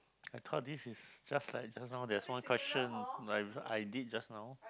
I thought this is just like just now that one question like I did just now